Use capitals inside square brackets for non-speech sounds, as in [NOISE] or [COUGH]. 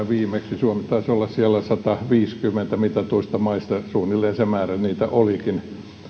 [UNINTELLIGIBLE] viimeksi suomi taisi olla sijalla sataviisikymmentä mitatuista maista suunnilleen se määrä niitä olikin